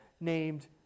named